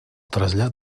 trasllat